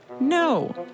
No